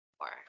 more